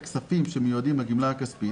הכספים שמיועדים לגימלה הכספית,